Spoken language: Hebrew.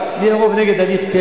יהיה רוב נגד הליך טכני.